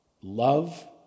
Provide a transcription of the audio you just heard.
love